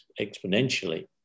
exponentially